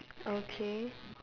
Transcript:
okay